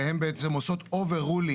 והן בעצם עושות overruling.